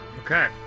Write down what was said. Okay